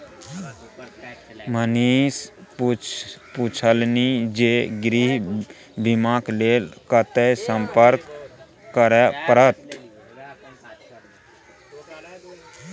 मनीष पुछलनि जे गृह बीमाक लेल कतय संपर्क करय परत?